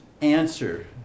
answer